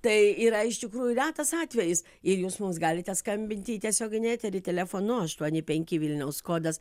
tai yra iš tikrųjų retas atvejis ir jūs mums galite skambinti į tiesioginį eterį telefonu aštuoni penki vilniaus kodas